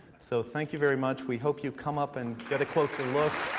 so thank you very much. we hope you come up and get a closer look.